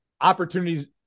opportunities